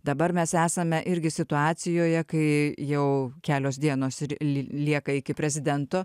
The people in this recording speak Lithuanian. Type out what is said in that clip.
dabar mes esame irgi situacijoje kai jau kelios dienos ir li lieka iki prezidento